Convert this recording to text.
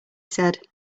said